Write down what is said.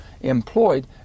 employed